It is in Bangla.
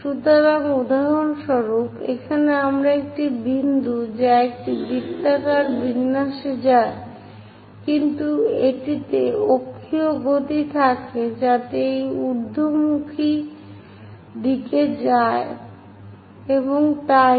সুতরাং উদাহরণস্বরূপ এখানে একটি বিন্দু যা একটি বৃত্তাকার বিন্যাসে যায় কিন্তু এটিতে অক্ষীয় গতিও থাকে যাতে এটি ঊর্ধ্বমুখী দিকে যায় এবং তাই